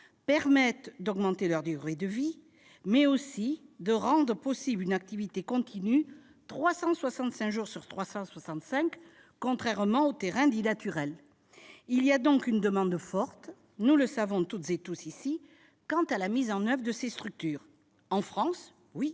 seulement d'en augmenter la durée de vie, mais aussi de rendre possible une activité continue- 365 jours sur 365 -, contrairement aux terrains dits « naturels ». Il existe donc une demande forte, nous le savons toutes et tous ici, quant à la mise en oeuvre de ces structures en France, comme